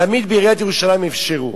תמיד בעיריית ירושלים אפשרו,